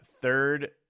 third